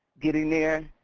getting there.